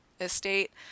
estate